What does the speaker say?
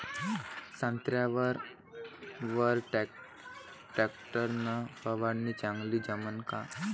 संत्र्यावर वर टॅक्टर न फवारनी चांगली जमन का?